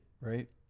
Right